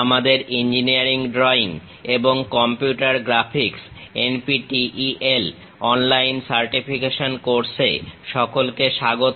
আমাদের engineering drawing এবং computer graphics NPTEL online certification course এ সকলকে স্বাগত